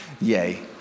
yay